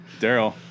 Daryl